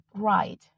right